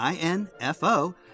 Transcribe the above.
info